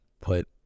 Put